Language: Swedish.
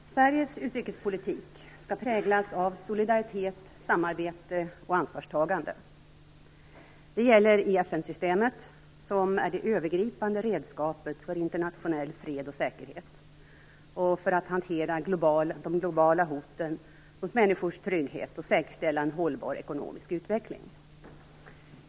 Fru talman! Sveriges utrikespolitik skall präglas av solidaritet, samarbete och ansvarstagande. 1. Det gäller i FN-systemet, som är det övergripande redskapet för internationell fred och säkerhet och för att hantera de globala hoten mot människors trygghet och säkerställa en hållbar ekonomisk utveckling. 2.